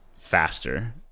faster